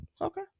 Okay